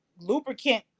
lubricant